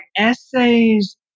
essays